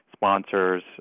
sponsors